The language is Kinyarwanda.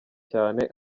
cyane